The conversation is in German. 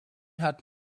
hat